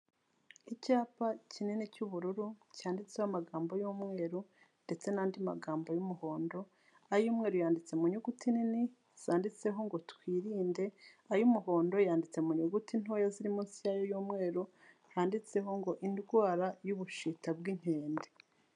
Icyapa kinini cy'ubururu cyanditseho amagambo y'umweru ndetse n'andi magambo y'umuhondo. Ay'umweru yanditse mu nyuguti nini zanditseho ngo twirinde. Ay'umuhondo yanditse mu nyuguti ntoya ziri munsi y'ayo y'umweru handitseho ngo indwara y'ubushita bw'inkende.